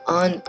on